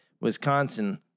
Wisconsin